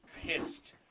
pissed